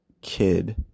kid